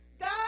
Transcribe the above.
God